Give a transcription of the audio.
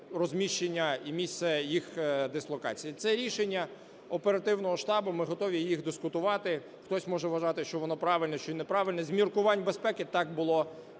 розміщення і місце їх дислокації. Це рішення оперативного штабу, ми готові їх дискутувати. Хтось може вважати, що воно правильне чи неправильно, з міркувань безпеки так було